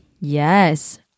Yes